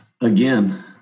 again